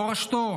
מורשתו,